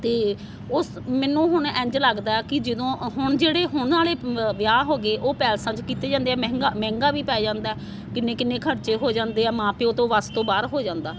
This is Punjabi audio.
ਅਤੇ ਉਸ ਮੈਨੂੰ ਹੁਣ ਇੰਝ ਲੱਗਦਾ ਕਿ ਜਦੋਂ ਹੁਣ ਜਿਹੜੇ ਹੁਣ ਵਾਲੇ ਵਿਆਹ ਹੋ ਗਏ ਉਹ ਪੈਲਸਾਂ 'ਚ ਕੀਤੇ ਜਾਂਦੇ ਆ ਮਹਿੰਗਾ ਮਹਿੰਗਾ ਵੀ ਪੈ ਜਾਂਦਾ ਕਿੰਨੇ ਕਿੰਨੇ ਖਰਚੇ ਹੋ ਜਾਂਦੇ ਆ ਮਾਂ ਪਿਓ ਤੋਂ ਵੱਸ ਤੋਂ ਬਾਹਰ ਹੋ ਜਾਂਦਾ